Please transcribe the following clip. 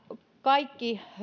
kaikki